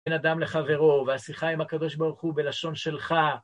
בן אדם לחברו, והשיחה עם הקדוש ברוך הוא בלשון שלך